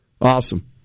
Awesome